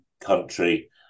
country